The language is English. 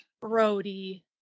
Brody